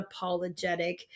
unapologetic